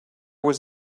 was